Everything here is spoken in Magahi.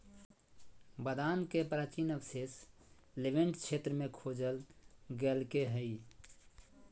बादाम के प्राचीन अवशेष लेवेंट क्षेत्र में खोजल गैल्के हइ